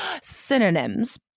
synonyms